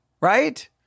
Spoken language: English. right